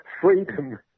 freedom